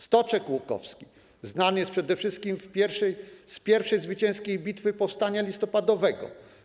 Stoczek Łukowski znany jest przede wszystkim z pierwszej zwycięskiej bitwy powstania listopadowego.